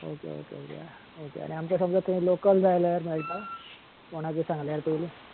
okay okay okay आं okay आनी आमकां थंय लाॅकल जाय जाल्यार मेळटा कोणाक बी सांगल्यार पयलीं